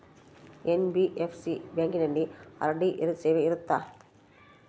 NBFC ಬ್ಯಾಂಕಿನಲ್ಲಿ RD ಸೇವೆ ಇರುತ್ತಾ?